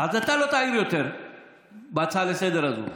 אז אתה לא תעיר יותר בהצעה לסדר-היום הזאת.